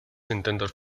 intentos